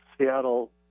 Seattle